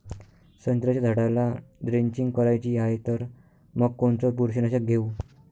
संत्र्याच्या झाडाला द्रेंचींग करायची हाये तर मग कोनच बुरशीनाशक घेऊ?